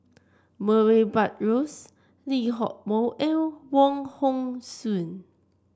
Murray Buttrose Lee Hock Moh and Wong Hong Suen